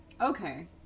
okay